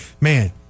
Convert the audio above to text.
man